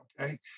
okay